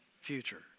future